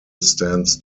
stands